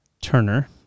Turner